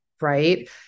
right